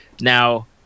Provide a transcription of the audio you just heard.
Now